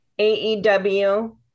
AEW